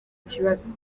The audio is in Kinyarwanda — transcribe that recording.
ikibazo